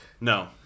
No